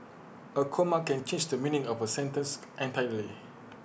A comma can change the meaning of A sentence entirely